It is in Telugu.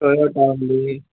టొయోటా ఉంది